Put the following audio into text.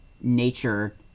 nature